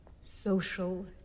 social